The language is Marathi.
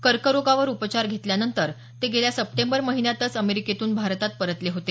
कर्करोगावर उपचार घेतल्यानंतर ते गेल्या सप्टेंबर महिन्यातच अमेरिकेतून भारतात परतले होते